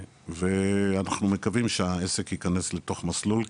ואנחנו מקווים שהעסק ייכנס לתוך מסלול,